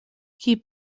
qui